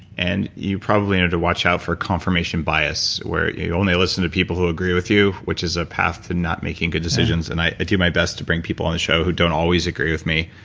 and you probably know and to watch out for confirmation bias where you only listen to people who agree with you which is a path to not making good decisions, and i do my best to bring people on the show who don't always agree with me.